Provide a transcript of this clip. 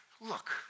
Look